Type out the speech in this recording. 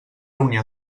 reunir